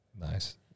Nice